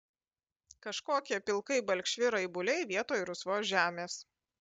kažkokie pilkai balkšvi raibuliai vietoj rusvos žemės